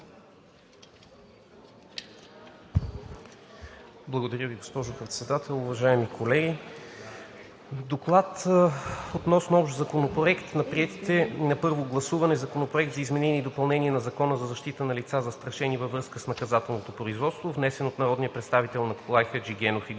Благодаря Ви, госпожо Председател. Уважаеми колеги! „Доклад относно общ законопроект на приетите на първо гласуване Законопроект за изменение на Закона за защита на лица, застрашени във връзка с наказателното производство, внесен от народния представител Николай Хаджигенов и група